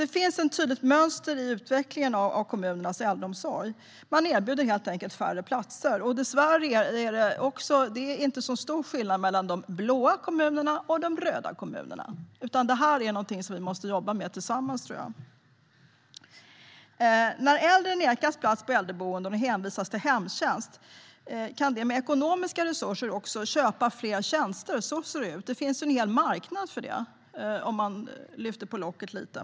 Det finns ett tydligt mönster i utvecklingen av kommunernas äldreomsorg. Man erbjuder helt enkelt färre platser. Dessvärre är det inte så stor skillnad mellan de blå kommunerna och de röda kommunerna. Det är något som vi måste jobba med tillsammans. När äldre nekas plats på äldreboenden och hänvisas till hemtjänst kan de med ekonomiska resurser köpa fler tjänster. Det finns en hel marknad för det.